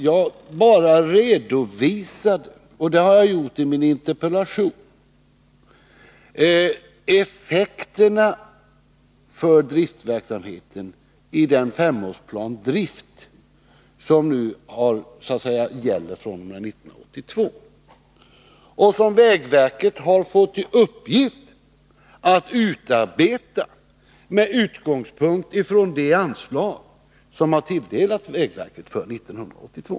Jag bara redovisar — det har jag gjort i min interpellation — effekterna för driftverksamheten i den femårsplan som gäller fr.o.m. 1982 och som vägverket har fått i uppgift att utarbeta med utgångspunkt i det anslag som har tilldelats vägverket för 1982.